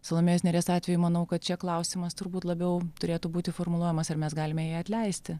salomėjos nėries atveju manau kad čia klausimas turbūt labiau turėtų būti formuluojamas ar mes galime jai atleisti